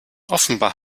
offenbar